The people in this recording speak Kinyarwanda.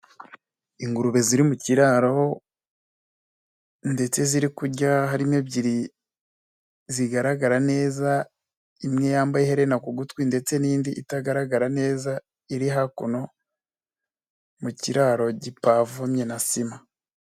Ingurube ziri mu kiraro ndetse ziri kurya, harimo ebyiri zigaragara neza, imwe yambaye ihena ku gutwi ndetse n'indi itagaragara neza iri hakuno mu kiraro gipavomye na sima.